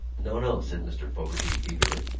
no, no, said mr. fogarty eagerly.